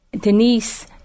Denise